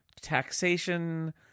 taxation